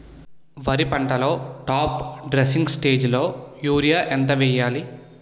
వరి పంటలో top dressing స్టేజిలో యూరియా ఎంత వెయ్యాలి?